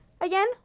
again